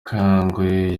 kangwagye